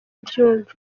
abyumva